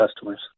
customers